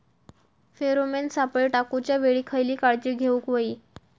Pheromone सापळे टाकूच्या वेळी खयली काळजी घेवूक व्हयी?